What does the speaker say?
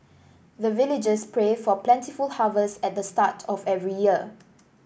the villagers pray for plentiful harvest at the start of every year